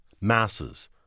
masses